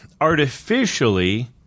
artificially